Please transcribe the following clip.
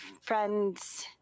friends